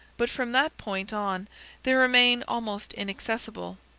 but from that point on they remain almost inaccessible.